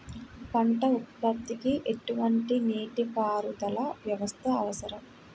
పంట ఉత్పత్తికి ఎటువంటి నీటిపారుదల వ్యవస్థ అవసరం?